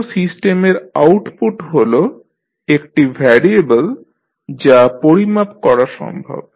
কোন সিস্টেমের আউটপুট হল একটি ভ্যারিয়েবল যা পরিমাপ করা সম্ভব